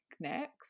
next